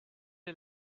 est